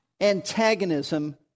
antagonism